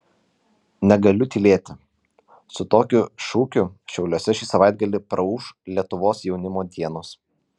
negaliu tylėti su tokiu šūkiu šiauliuose šį savaitgalį praūš lietuvos jaunimo dienos